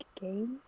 games